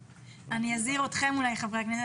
אני אולי אזהיר את חברי הכנסת.